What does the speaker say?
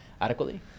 adequately